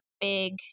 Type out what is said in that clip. big